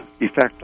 effect